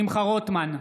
שמחה רוטמן,